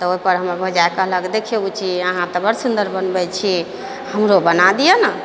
तऽ ओहिपर हमर भौजाइ कहलक दखियौ बुच्ची यै अहाँ तऽ बड़ सुन्दर बनबै छी हमरो बना दियऽ ने